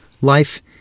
life